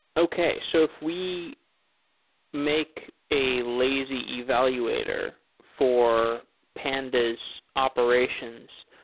okay. so if we make a lazy evaluator for pandas operations,